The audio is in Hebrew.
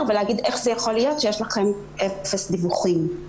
ולהגיד: איך יכול להיות שיש לכם אפס דיווחים?